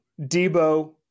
Debo